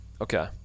Okay